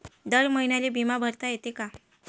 दर महिन्याले बिमा भरता येते का?